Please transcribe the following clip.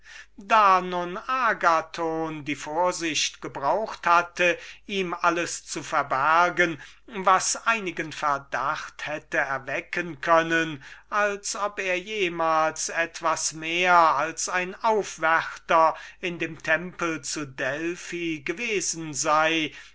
agathon so sorgfältig gewesen war ihm alles zu verbergen was einigen verdacht hätte erwecken können daß er jemals etwas mehr als ein aufwärter in dem tempel zu delphi gewesen so